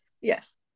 Yes